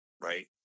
right